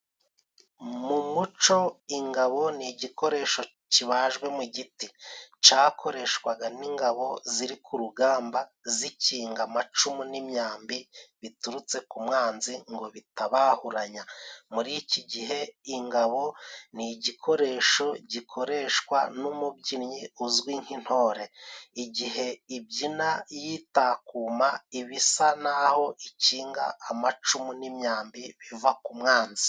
Mu muco ingabo ni igikoresho kibajwe mu giti cakoreshwaga n'ingabo ziri ku rugamba zikinga amacumu n'imyambi biturutse ku mwanzi ngo bitabahuranya. Muri iki gihe ingabo ni igikoresho gikoreshwa n'umubyinnyi uzwi nk'intore igihe ibyina yitakuma iba isa n'aho ikinga amacumu n'imyambi biva ku mwanzi.